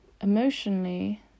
Emotionally